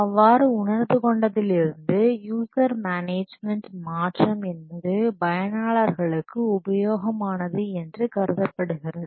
அவ்வாறு உணர்ந்து கொண்டதிலிருந்து யூசர் மேனேஜ்மென்ட் மாற்றம் என்பது பயனாளர்களுக்கு உபயோகமானது என்று கருதப்படுகிறது